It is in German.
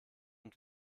und